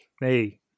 hey